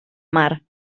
mar